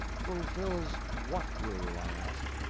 fulfills what rule? i asked.